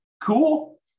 Cool